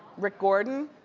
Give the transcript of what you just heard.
rick gordon,